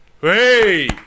Hey